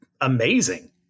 amazing